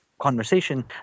conversation